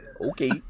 Okay